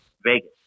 Vegas